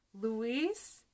Luis